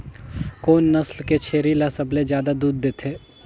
कोन नस्ल के छेरी ल सबले ज्यादा दूध देथे?